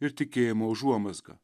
ir tikėjimo užuomazgą